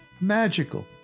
magical